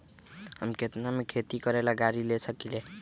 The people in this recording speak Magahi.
हम केतना में खेती करेला गाड़ी ले सकींले?